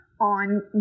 on